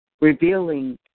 revealing